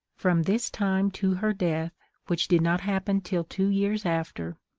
from this time to her death, which did not happen till two years after,